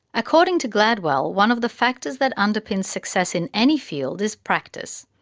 according to gladwell, one of the factors that underpins success in any field is practice.